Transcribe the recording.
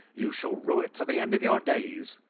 you shall rue it to the end of your days.